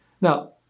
Now